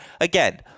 again